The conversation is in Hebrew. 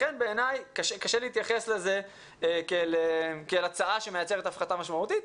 בעיניי קשה להתייחס לזה כאל הצעה שמייצרת הפחתה משמעותית.